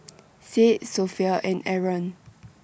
Said Sofea and Aaron